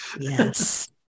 Yes